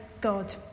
God